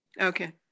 Okay